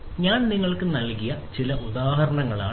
ഞാൻ നിങ്ങൾക്ക് നൽകിയ ചില ഉദാഹരണങ്ങളാണ് ഇവ